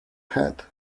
head